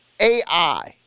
AI